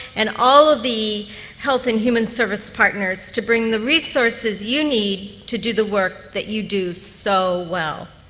and all of the health and human service partners, to bring the resources you need to do the work that you do so well.